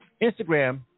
Instagram